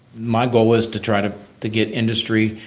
my goal is to try to to get industry,